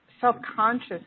self-conscious